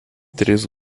tris